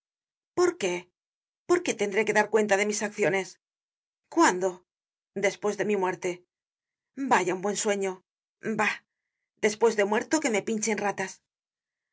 el nefas por qué porque tendré que dar cuenta de mis acciones cuándo despues de mi muerte vaya un buen sueño bah despues de muerto que me pinchen ratas